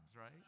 right